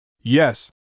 Yes